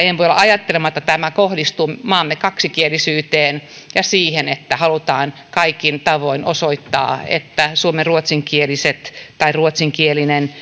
en voi olla ajattelematta että tämä kohdistuu maamme kaksikielisyyteen ja että halutaan kaikin tavoin osoittaa että suomen ruotsinkieliset tai ruotsinkielinen